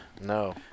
No